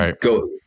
go